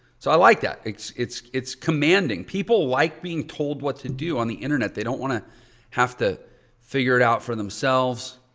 so i like that. it's it's commanding. people like being told what to do on the internet. they don't want to have to figure it out for themselves.